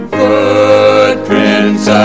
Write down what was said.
footprints